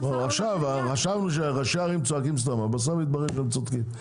ראשי ערים צועקים סתם ובסוף יתברר שהם צודקים.